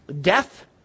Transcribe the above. death